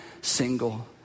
single